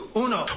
uno